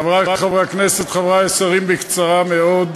חברי חברי הכנסת, חברי השרים, בקצרה מאוד,